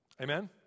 Amen